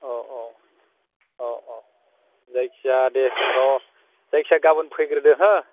औ औ औ औ जायखिजाया दे र' जायखिजाया गाबोन फैग्रोदो हो